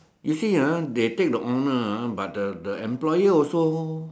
you see ah they take the honor ah but the the employer also